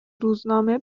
روزنامه